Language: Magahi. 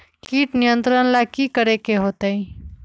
किट नियंत्रण ला कि करे के होतइ?